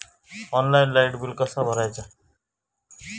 Online light bill कसा भरायचा?